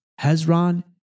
Hezron